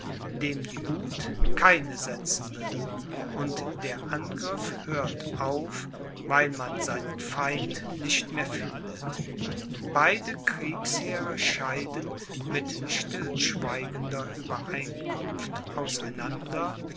dem die wuth keine setzen will und der angriff hört auf weil man seinen feind nicht mehr findet beide kriegsheere scheiden mit stillschweigender uebereinkunft aus